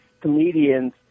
comedians